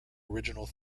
original